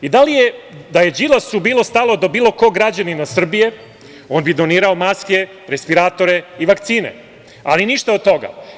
I da je Đilasu bilo stalo do bilo kog građanina Srbije on bi donirao maske, respiratore i vakcine, ali ništa od toga.